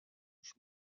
هوش